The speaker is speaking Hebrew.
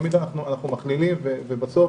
תמיד אנחנו מכלילים, ובסוף